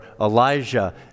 Elijah